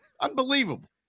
Unbelievable